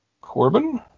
Corbin